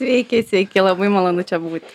sveiki sveiki labai malonu čia būti